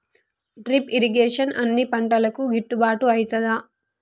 Drip irrigation అన్ని పంటలకు గిట్టుబాటు ఐతదా?